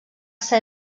ser